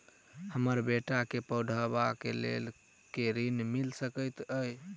हमरा बेटा केँ पढ़ाबै केँ लेल केँ ऋण मिल सकैत अई?